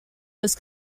was